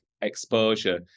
exposure